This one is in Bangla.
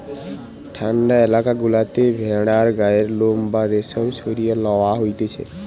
ঠান্ডা এলাকা গুলাতে ভেড়ার গায়ের লোম বা রেশম সরিয়ে লওয়া হতিছে